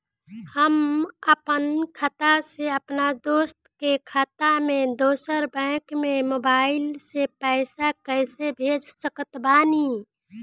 हम आपन खाता से अपना दोस्त के खाता मे दोसर बैंक मे मोबाइल से पैसा कैसे भेज सकत बानी?